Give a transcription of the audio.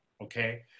Okay